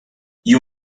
you